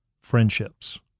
friendships